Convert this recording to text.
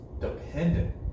dependent